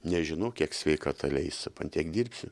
nežinau kiek sveikata leis tiek dirbsiu